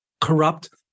corrupt